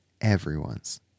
everyone's